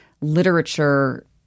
literature